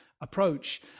approach